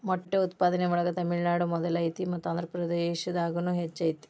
ಮೊಟ್ಟೆ ಉತ್ಪಾದನೆ ಒಳಗ ತಮಿಳುನಾಡು ಮೊದಲ ಐತಿ ಮತ್ತ ಆಂದ್ರಪ್ರದೇಶದಾಗುನು ಹೆಚ್ಚ ಐತಿ